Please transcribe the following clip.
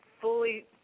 fully